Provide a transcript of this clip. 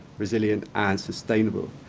resilient, and sustainable.